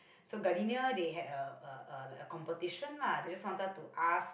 so Gardenia they had a a like a competition lah they just wanted to ask